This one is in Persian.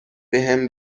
بهم